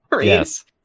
Yes